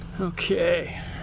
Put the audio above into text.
Okay